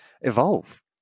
evolve